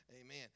Amen